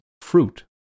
fruit